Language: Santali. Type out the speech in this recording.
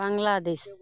ᱵᱟᱝᱞᱟᱫᱮᱥ